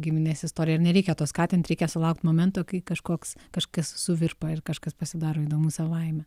giminės istorija ar nereikia to skatint reikia sulaukt momento kai kažkoks kažkas suvirpa ir kažkas pasidaro įdomu savaime